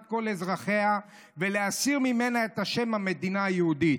כל אזרחיה ולהסיר ממנה את השם המדינה היהודית.